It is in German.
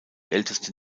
älteste